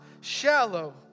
shallow